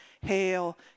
Hail